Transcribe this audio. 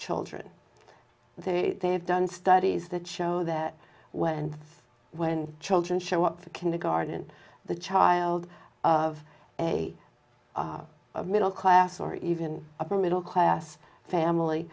children they they have done studies that show that when and when children show up for kindergarten the child of a of middle class or even upper middle class family